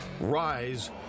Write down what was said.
rise